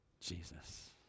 Jesus